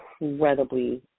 incredibly